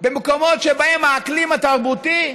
למקומות שבהם האקלים התרבותי,